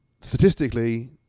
Statistically